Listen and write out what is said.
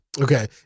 Okay